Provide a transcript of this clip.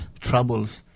troubles